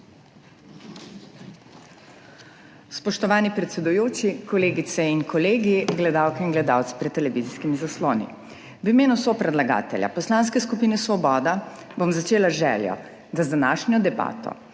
Spoštovani predsedujoči, kolegice in kolegi, gledalke in gledalci pred televizijskimi zasloni! V imenu sopredlagatelja, Poslanske skupine Svoboda, bom začela z željo, da z današnjo debato,